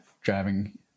driving